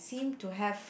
seem to have